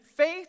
Faith